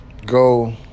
go